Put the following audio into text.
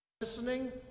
listening